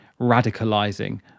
radicalizing